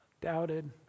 doubted